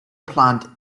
plant